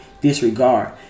Disregard